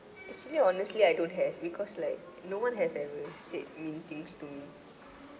actually honestly I don't have because like no one has ever said mean things to me